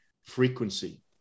frequency